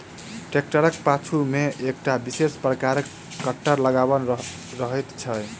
ट्रेक्टरक पाछू मे एकटा विशेष प्रकारक कटर लगाओल रहैत छै